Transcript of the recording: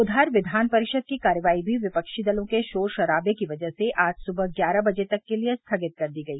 उधर विधान परिषद की कार्यवाही भी विपक्षी दलों के शोर शराबे की वजह से आज सुबह ग्यारह बजे तक के लिए स्थगित कर दी गई